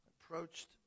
Approached